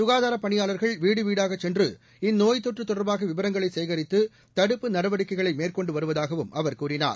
சுகாதாரப் பணியாளர்கள் வீடு வீடாகச் சென்று இந்நோய்த் தொற்று தொடர்பாக விவரங்களை சேகரித்து தடுப்பு நடவடிக்கைகளை மேற்கொண்டு வருவதாகவும் அவர் கூறினார்